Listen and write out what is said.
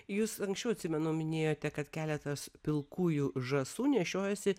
jūs anksčiau atsimenu minėjote kad keletas pilkųjų žąsų nešiojasi